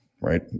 Right